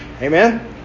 Amen